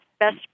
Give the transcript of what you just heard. Best